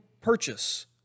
purchase